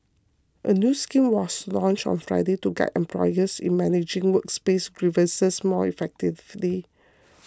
a new scheme was launched on Friday to guide employers in managing workplace grievances more effectively